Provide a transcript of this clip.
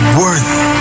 worthy